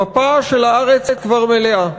המפה של הארץ כבר מלאה: